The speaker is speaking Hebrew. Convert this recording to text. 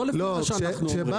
לא לפי מה שאנחנו אומרים.